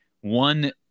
one